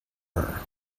her